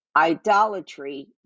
idolatry